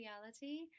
reality